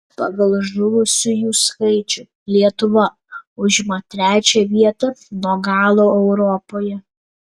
pagal žuvusiųjų skaičių lietuva užima trečią vietą nuo galo europoje